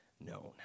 known